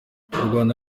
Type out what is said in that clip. rwanda